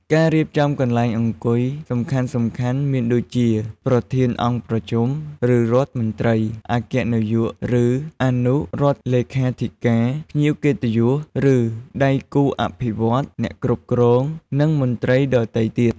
ការរៀបចំកន្លែងអង្គុយសំខាន់ៗមានដូចជា ប្រធានអង្គប្រជុំ ឬរដ្ឋមន្ត្រី អគ្គនាយក ឬអនុរដ្ឋលេខាធិការ ភ្ញៀវកិត្តិយស ឬដៃគូអភិវឌ្ឍន៍ អ្នកគ្រប់គ្រង និងមន្ត្រីដទៃទៀត។